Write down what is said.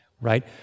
Right